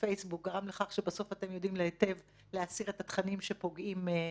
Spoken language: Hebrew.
ופייסבוק גרם לכך שבסוף אתם יודעים היטב להסיר את התכנים שפוגעים בכם.